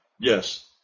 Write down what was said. Yes